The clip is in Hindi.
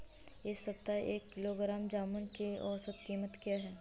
इस सप्ताह एक किलोग्राम जामुन की औसत कीमत क्या है?